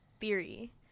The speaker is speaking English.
theory